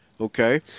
Okay